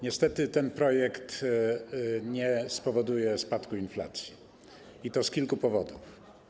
Niestety ten projekt nie spowoduje spadku inflacji, i to z kilku powodów.